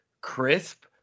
crisp